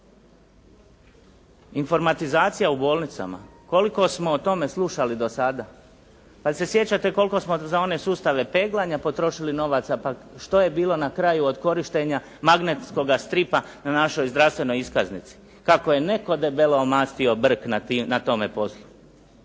Informatizacija u bolnicama. Koliko smo o tome slušali do sada? Pa jel se sjećate koliko za one sustave peglanja potrošili novaca, pa što je bilo na kraju od korištenja magnetskoga stripa na našoj zdravstvenoj iskaznici? Kako je netko debelo omastio brk na tome poslu.